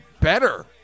better